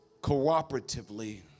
cooperatively